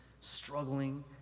struggling